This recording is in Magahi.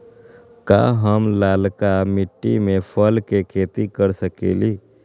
का हम लालका मिट्टी में फल के खेती कर सकेली?